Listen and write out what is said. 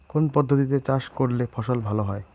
কোন পদ্ধতিতে চাষ করলে ফসল ভালো হয়?